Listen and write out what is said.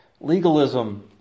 Legalism